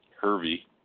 Hervey